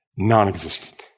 Non-existent